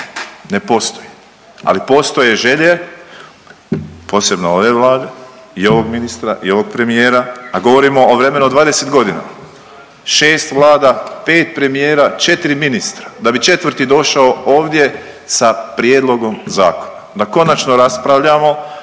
Ne postoji, ali postoje želje posebno ove Vlade i ovog ministra i ovog premijera, a govorimo o vremenu od 20 godina. 6 vlada, 5 premijera, 4 ministra, da bi 4 došao ovdje sa prijedlogom zakona. Da konačno raspravljamo